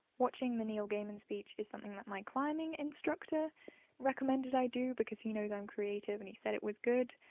watching the neil gaiman speech is something that my climbing instructor recommended i do because he knows i'm creative and he said it was good.